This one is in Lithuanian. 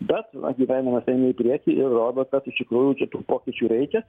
bet na gyvenimas eina į priekį ir rodo kad iš tikrųjų čia tų pokyčių reikia